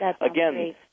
again